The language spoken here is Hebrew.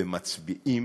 ומצביעים,